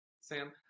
Sam